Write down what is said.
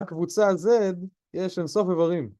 לקבוצה Z יש אינסוף איברים.